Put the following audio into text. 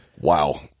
Wow